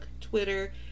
twitter